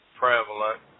prevalent